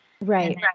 Right